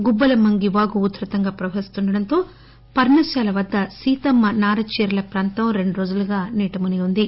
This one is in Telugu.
గుబ్బలమంగి వాగు ఉదృతంగా ప్రవహిస్తుండటంతో పర్ణశాల వద్ద సీతమ్మ నారచీరల ప్రాంతం రెండు రోజులుగా నీట మునిగి ఉంది